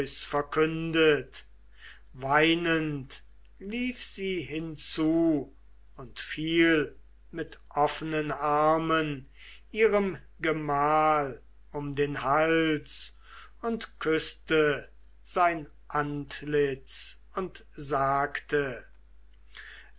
verkündet weinend lief sie hinzu und fiel mit offenen armen ihrem gemahl um den hals und küßte sein antlitz und sagte